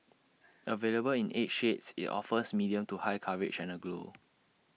available in eight shades IT offers medium to high coverage and A glow